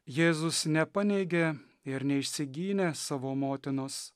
jėzus nepaneigė ir neišsigynė savo motinos